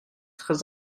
très